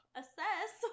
assess